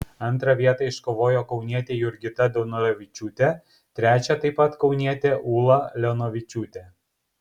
antrą vietą iškovojo kaunietė jurgita daunoravičiūtė trečią taip pat kaunietė ūla leonavičiūtė